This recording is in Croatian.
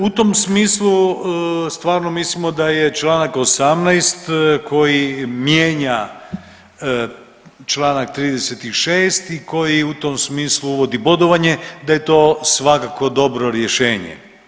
U tom smislu stvarno mislimo da je Članak 18. koji mijenja Članak 36. koji u tom smislu uvodi bodovanje da je to svakako dobro rješenje.